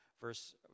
verse